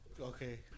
okay